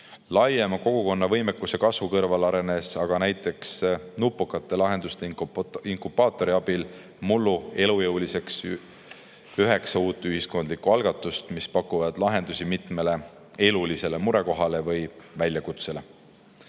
Laiema kogukonnavõimekuse kasvu kõrval arenes aga näiteks Nupukate Lahenduste Inkubaatori abil mullu elujõuliseks üheksa uut ühiskondlikku algatust, mis pakuvad lahendusi mitmele elulisele murekohale või väljakutsele.